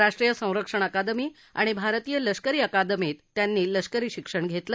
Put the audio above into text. राष्ट्रीय संरक्षण अकादमी आणि भरतीय लष्करी अकादमीत त्यांनी लष्करी शिक्षण घेतलं